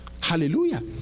Hallelujah